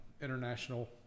international